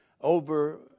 Over